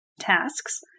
tasks